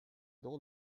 drôle